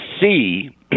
see